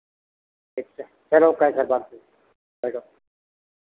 ठीक है चलो केसरबाग बैठो